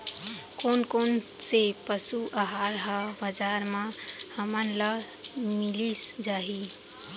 कोन कोन से पसु आहार ह बजार म हमन ल मिलिस जाही?